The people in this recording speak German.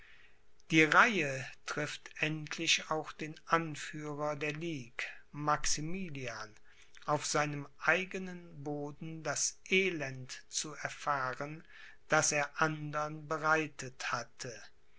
die reihe trifft endlich auch den anführer der ligue maximilian auf seinem eigenen boden das elend zu erfahren das er andern bereitet hatte